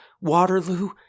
Waterloo